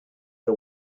the